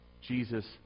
Jesus